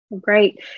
Great